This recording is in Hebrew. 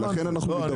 ולכן אנחנו מדווחים.